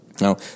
Now